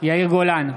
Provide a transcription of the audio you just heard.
יאיר גולן,